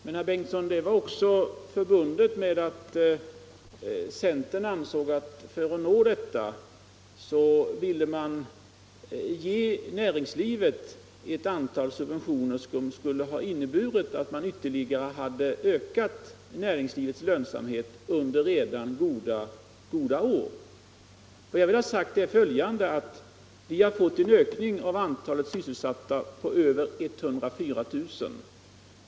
Men, herr Bengtson, den slogan var också förbunden med att centern för att nå detta mål ville ge näringslivet ett antal subventioner, som skulle ha inneburit en ytterligare ökning av näringslivets lönsamhet under redan goda år. Vi har fått en ökning av antalet sysselsatta med över 104 000.